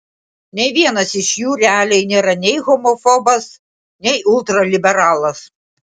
nei vienas iš jų realiai nėra nei homofobas nei ultraliberalas